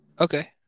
Okay